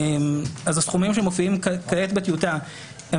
אז הסכומים שמופיעים כעת בטיוטה הם